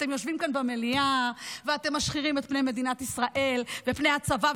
אתם יושבים כאן במליאה ואתם משחירים את פני מדינת ישראל ופני הצבא,